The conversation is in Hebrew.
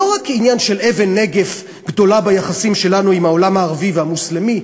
לא רק עניין של אבן נגף גדולה ביחסים שלנו עם העולם הערבי והמוסלמי,